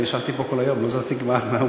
אני ישבתי פה כל היום, לא זזתי כמעט מהאולם.